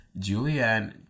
Julianne